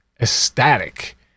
ecstatic